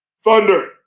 Thunder